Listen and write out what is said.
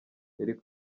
yari